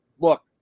Look